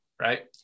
right